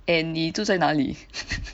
and 你住在哪里